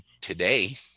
today